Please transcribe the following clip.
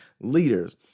leaders